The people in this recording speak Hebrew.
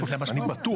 אני בטוח,